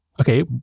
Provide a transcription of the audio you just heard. okay